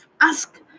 ask